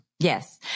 Yes